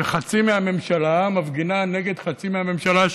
חצי מהממשלה מפגינה נגד חצי מהממשלה,